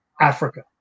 Africa